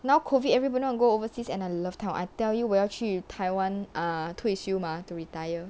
now COVID everybody don't want to go overseas and I love town I tell you 我要去 taiwan err 退休 mah to retire